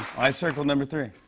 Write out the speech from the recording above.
i circled number three.